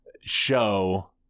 show